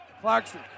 Clarkson